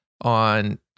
on